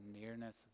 nearness